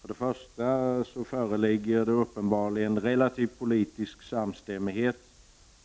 För det första föreligger uppenbarligen relativ politisk samstämmighet